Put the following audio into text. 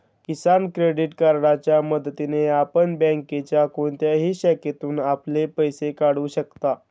किसान credit कार्डच्या मदतीने आपण बँकेच्या कोणत्याही शाखेतून आपले पैसे काढू शकता